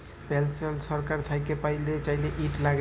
পেলসল ছরকার থ্যাইকে প্যাইতে চাইলে, ইট ল্যাগে